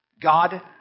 God